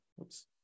Oops